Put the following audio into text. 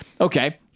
Okay